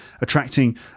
attracting